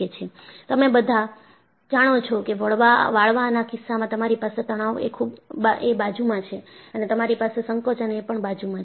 તમે બધા જાણો છો કે વાળવાના કિસ્સામાં તમારી પાસે તણાવ એ બાજુ માં છે અને તમારી પાસે સંકોચન એ પણ બાજુમાં છે